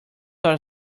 are